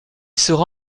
sera